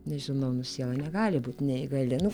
nežinau nu siela negali būti neįgali nu